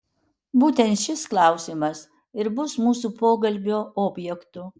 būtent šis klausimas ir bus mūsų pokalbio objektu